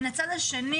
מן הצד השני,